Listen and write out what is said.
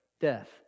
Death